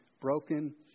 broken